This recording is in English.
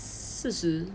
四十